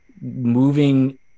moving